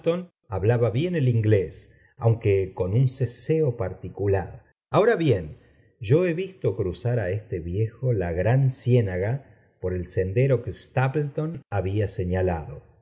hablaba bien el'inglés aunque con un ceceo particular ahora bien yo lie visto cruzar á este viejo la gran ciénaga por el sendero que stapleton había señalado